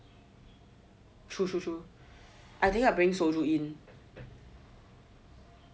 true true I think I bring soju in